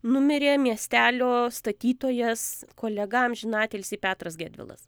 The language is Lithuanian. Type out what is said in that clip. numirė miestelio statytojas kolega amžiną atilsį petras gedvilas